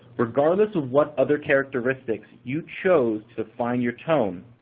regardless of what other characteristics you choose to define your tone,